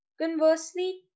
Conversely